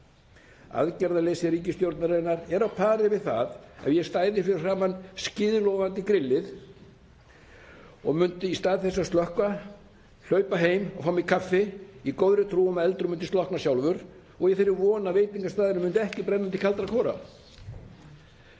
Aðgerðaleysi ríkisstjórnarinnar er á pari við það ef ég stæði fyrir framan skíðlogandi grillið og myndi, í stað þess að slökkva, hlaupa heim og fá mér kaffi í góðri trú um að eldurinn myndi slokkna sjálfur og í þeirri von að veitingastaðurinn myndi ekki brenna til kaldra kola.